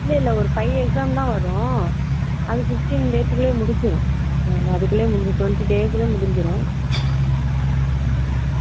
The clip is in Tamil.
இல்லை இல்லை ஒரு ஃபைவ் எக்ஸாம் தான் வரும் அது ஃபிஃப்ட்டீன் டேட்க்குள்ளேயே முடிஞ்சிடும் ப அதுக்குள்ளேயே முடிஞ்சிடும் டொவண்ட்டி டேட்குள்ள முடிஞ்சிடும் அப்போ பார்த்துக்கலாம் ம்